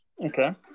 Okay